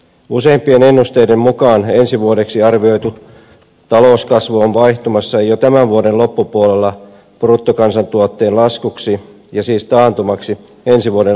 useimpien ennusteiden mukaan ensi vuodeksi arvioitu talouskasvu on vaihtumassa jo tämän vuoden loppupuolella bruttokansantuotteen laskuksi ja siis taantumaksi ensi vuoden alkupuolella